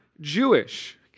Jewish